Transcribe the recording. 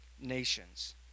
nations